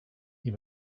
you